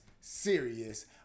serious